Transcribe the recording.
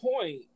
point